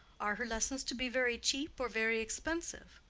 are her lessons to be very cheap or very expensive?